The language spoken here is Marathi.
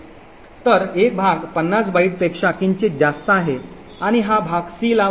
तर एक भाग 50 बाइटपेक्षा किंचित जास्त आहे आणि हा भाग सी ला वाटला जातो